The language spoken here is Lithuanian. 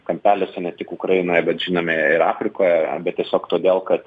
kampeliuose ne tik ukrainoje bet žinome ir afrikoje bet tiesiog todėl kad dažnai